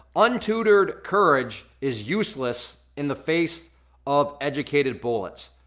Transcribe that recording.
untutored courage is useless in the face of educated bullets.